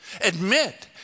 Admit